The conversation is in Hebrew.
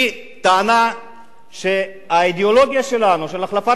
היא טענה שהאידיאולוגיה שלנו של החלפת